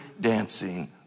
dancing